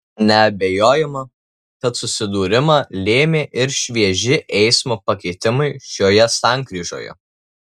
neabejojama kad susidūrimą lėmė ir švieži eismo pakeitimai šioje sankryžoje